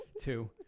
Two